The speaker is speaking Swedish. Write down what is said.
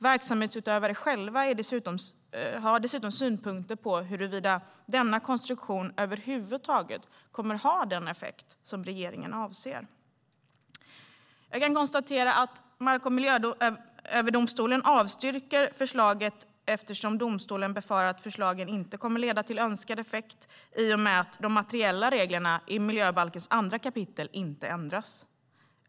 Verksamhetsutövarna själva har dessutom synpunkter på huruvida denna konstruktion över huvud taget kommer att ha den effekt regeringen avser. Jag kan konstatera att Mark och miljööverdomstolen avstyrker förslaget eftersom domstolen befarar att förslagen inte kommer att leda till önskad effekt i och med att de materiella reglerna i miljöbalkens 2 kap. inte ändras.